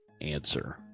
answer